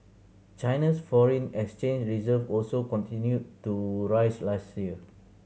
China's foreign exchange reserves also continued to rise last year